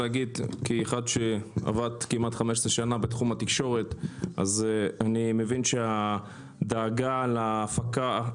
כאחד שעבד כמעט 15 שנה בתחום התקשורת אני מבין שהדאגה להפקה,